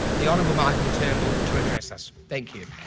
the honourable malcolm turnbull, to address us. thank you.